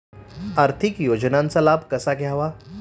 आर्थिक योजनांचा लाभ कसा घ्यावा?